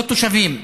לא תושבים,